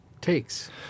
takes